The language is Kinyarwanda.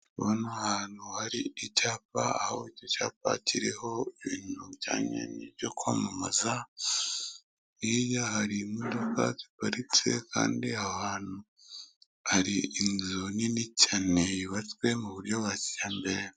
Aha ni ahantu hari icyapa, aho cyapa kiriho ibintu byo kwamamaza. Hirya hari imodoka ziparitse kandi aho hantu hari inzu nini cyane yubatswe mu buryo bajyambere.